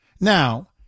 Now